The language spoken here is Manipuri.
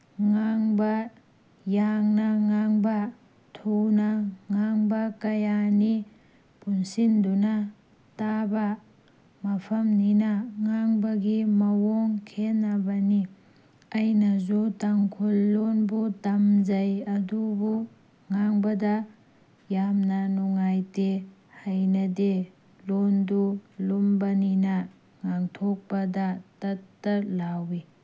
ꯉꯥꯡꯕ ꯌꯥꯡꯅ ꯉꯥꯡꯕ ꯊꯨꯅ ꯉꯥꯡꯕ ꯀꯌꯥꯅꯤ ꯄꯨꯟꯁꯤꯟꯗꯨꯅ ꯇꯥꯕ ꯃꯐꯝꯅꯤꯅ ꯉꯥꯡꯕꯒꯤ ꯃꯑꯣꯡ ꯈꯦꯠꯅꯕꯅꯤ ꯑꯩꯅꯁꯨ ꯇꯥꯡꯈꯨꯜ ꯂꯣꯟꯕꯨ ꯇꯝꯖꯩ ꯑꯗꯨꯕꯨ ꯉꯥꯡꯕꯗ ꯌꯥꯝꯅ ꯅꯨꯡꯉꯥꯏꯇꯦ ꯍꯩꯅꯗꯦ ꯂꯣꯟꯗꯨ ꯂꯨꯝꯕꯅꯤꯅ ꯉꯥꯡꯊꯣꯛꯄꯗ ꯇꯠ ꯇꯠ ꯂꯥꯎꯋꯤ